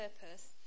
purpose